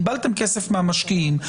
קיבלתם כסף מהמשקיעים.